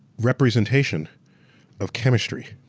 representation of chemistry.